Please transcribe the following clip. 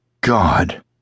God